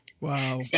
Wow